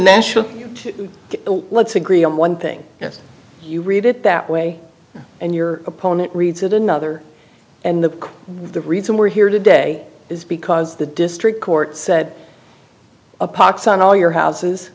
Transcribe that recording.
national let's agree on one thing yes you read it that way and your opponent reads it another and the reason we're here today is because the district court said a pox on all your houses